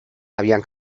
habían